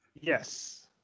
Yes